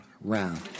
round